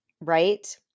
Right